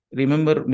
remember